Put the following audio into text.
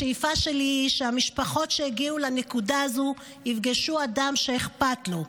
השאיפה שלי היא שהמשפחות שהגיעו לנקודה הזו יפגשו אדם שאכפת לו,